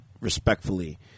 respectfully